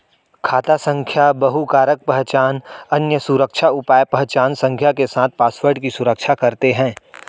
खाता संख्या बहुकारक पहचान, अन्य सुरक्षा उपाय पहचान संख्या के साथ पासवर्ड की सुरक्षा करते हैं